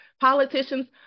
politicians